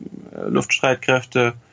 Luftstreitkräfte